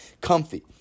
comfy